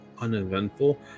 uneventful